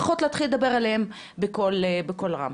לפחות להתחיל לדבר עליהם בקול רם.